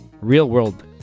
real-world